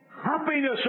happiness